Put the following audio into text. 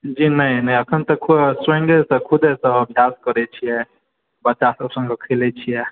जी नहि नहि अखन तक स्वयंसे खुदेसे अभ्यास करै छियै बच्चासब संगे खेलै छियै